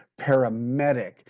paramedic